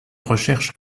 recherche